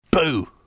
Boo